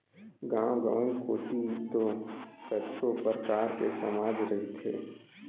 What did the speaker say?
गाँव गंवई कोती तो कतको परकार के समाज रहिथे